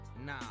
Nah